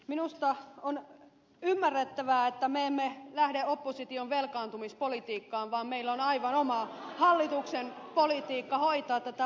minusta on ymmärrettävää että me emme lähde opposition velkaantumispolitiikkaan vaan meillä on aivan oma hallituksen politiikka hoitaa tätä asiaa